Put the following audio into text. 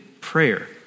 prayer